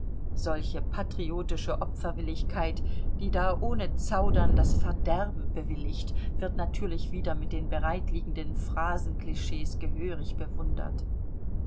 solche patriotische opferwilligkeit die da ohne zaudern das verderben bewilligt wird natürlich wieder mit den bereitliegenden phrasenclichs gehörig bewundert